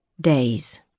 Days